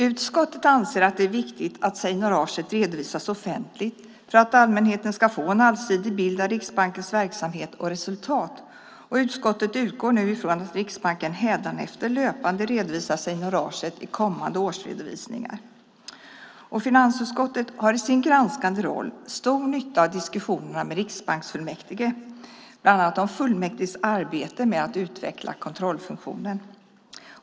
Utskottet anser att det är viktigt att seignoraget redovisas offentligt för att allmänheten ska få en allsidig bild av Riksbankens verksamhet och resultat, och utskottet utgår nu ifrån att Riksbanken hädanefter löpande redovisar seignoraget i kommande årsredovisningar. Finansutskottet har i sin granskande roll stor nytta av diskussionerna med riksbanksfullmäktige bland annat om fullmäktiges arbete med att utveckla kontrollfunktionen.